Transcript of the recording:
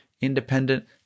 independent